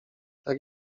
tak